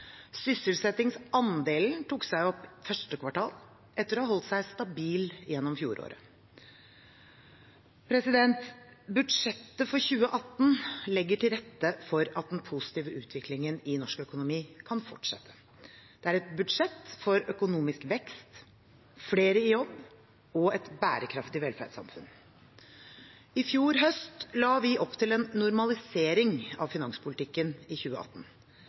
Sysselsettingsandelen tok seg opp i 1. kvartal etter å ha holdt seg stabil gjennom fjoråret. Budsjettet for 2018 legger til rette for at den positive utviklingen i norsk økonomi kan fortsette. Det er et budsjett for økonomisk vekst, flere i jobb og et bærekraftig velferdssamfunn. I fjor høst la vi opp til en normalisering av finanspolitikken i 2018.